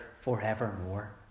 forevermore